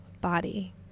body